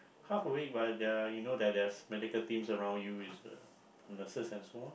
half awake but there are you know that there's medical teams around you is nurses and so on